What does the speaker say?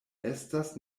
estas